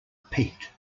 pete